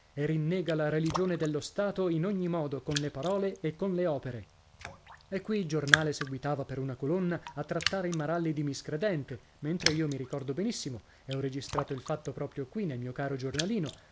e rinnega la religione dello stato in ogni modo con le parole e con le opere e qui il giornale seguitava per una colonna a trattare il maralli di miscredente mentre io mi ricordo benissimo